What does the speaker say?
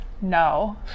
no